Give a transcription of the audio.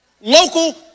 Local